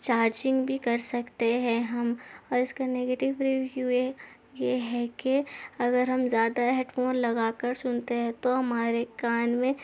charging بھی کر سکتے ہیں ہم اور اس کا نگیٹیو ریویو یہ ہے کہ اگر ہم زیادہ ہیڈ فون لگا کر ستنے ہیں تو ہمارے کان میں